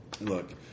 Look